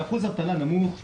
באחוז אבטלה נמוך,